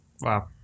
Wow